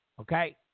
okay